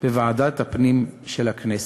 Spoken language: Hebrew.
בוועדת הפנים של הכנסת.